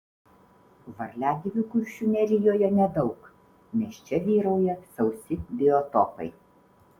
varliagyvių kuršių nerijoje nedaug nes čia vyrauja sausi biotopai